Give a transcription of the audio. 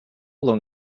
long